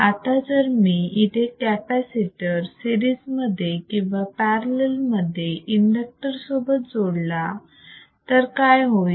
आता जर मी इथे कॅपॅसिटर सिरीज मध्ये किंवा पॅरलल मध्ये इंडक्टर सोबत जोडला तर काय होईल